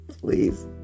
Please